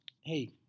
Hey